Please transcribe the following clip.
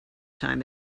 time